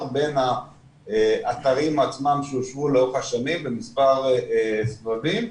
בין האתרים עצמם שאושרו לאורך השנים ומספר סבבים,